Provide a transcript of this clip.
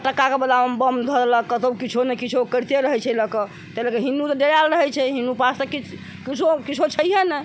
फटक्का के बदला मे बम धऽ देलक कतौ किछो ने किछो करीते रहै छै तै लए कऽ हिन्दू त डराएल रहै छै हिन्दू पास तऽ किछु किछो किछो छैहे नहि